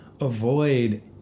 avoid